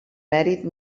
mèrit